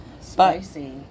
Spicy